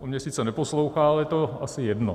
On mě sice neposlouchá, ale je to asi jedno.